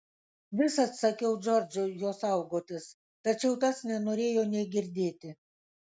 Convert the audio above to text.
visad sakiau džordžui jo saugotis tačiau tas nenorėjo nė girdėti